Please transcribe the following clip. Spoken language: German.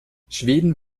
schweden